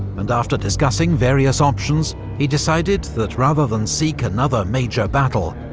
and after discussing various options, he decided that rather than seek another major battle,